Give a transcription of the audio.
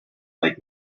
like